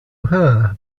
her